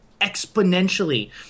exponentially